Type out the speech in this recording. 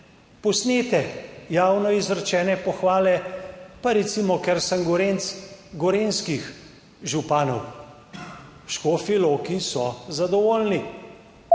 posnete javno izrečene pohvale, pa recimo, ker sem Gorenjec, gorenjskih županov. V Škofji Loki so zadovoljni.